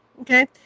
Okay